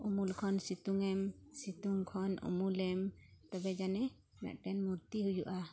ᱩᱢᱩᱞ ᱠᱷᱚᱱ ᱥᱤᱛᱩᱝᱮᱢ ᱥᱤᱛᱩᱝᱠᱷᱚᱱ ᱩᱢᱩᱞᱮᱢ ᱛᱚᱵᱮ ᱡᱟᱱᱤ ᱢᱤᱫᱴᱮᱱ ᱢᱩᱨᱛᱤ ᱦᱩᱭᱩᱜᱼᱟ